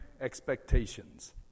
expectations